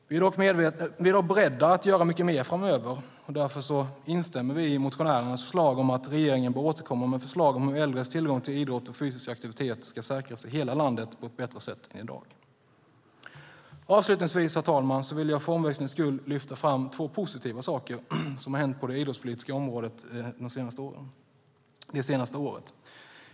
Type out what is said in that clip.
Vi är dock beredda att göra mycket mer framöver och därför instämmer vi i motionärernas förslag om att regeringen bör återkomma med förslag till hur äldres tillgång till idrott och fysisk aktivitet ska säkras i hela landet på ett bättre sätt än i dag. Avslutningsvis, herr talman, vill jag för omväxlings skull lyfta fram två positiva saker som har hänt på det idrottspolitiska området det senaste året.